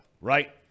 right